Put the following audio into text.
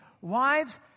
Wives